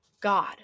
God